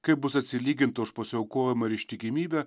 kaip bus atsilyginta už pasiaukojimą ir ištikimybę